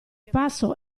passo